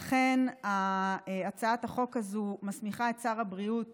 לכן הצעות החוק הזאת מסמיכה את שר הבריאות